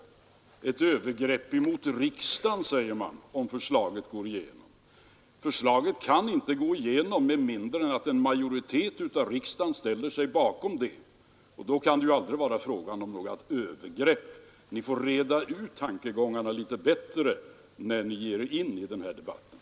Det skulle vara ett övergrepp mot riksdagen, säger man, om förslaget går igenom. Förslaget kan inte gå igenom med mindre än att en majoritet i riksdagen ställer sig bakom, och då kan det aldrig vara fråga om några övergrepp. Ni får reda ut tankegångarna litet bättre när ni ger er in i den här debatten.